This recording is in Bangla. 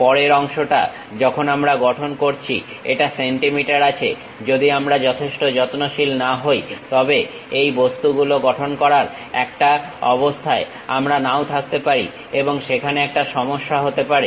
পরের অংশটা যখন আমরা গঠন করছি এটা সেন্টিমিটারে আছে যদি আমরা যথেষ্ট যত্নশীল না হই তবে এই বস্তুগুলো গঠন করার একটা অবস্থায় আমরা নাও থাকতে পারি এবং সেখানে একটা সমস্যা হতে পারে